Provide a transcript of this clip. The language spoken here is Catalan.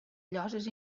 lloses